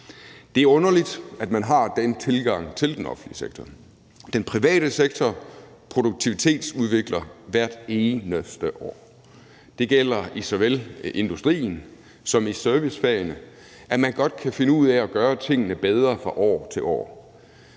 Det er underligt, at man har den tilgang til den offentlige sektor. Den private sektor produktivitetsudvikler hvert eneste år. Det gælder i såvel industrien som i servicefagene, at man godt kan finde ud af at gøre tingene bedre fra år til år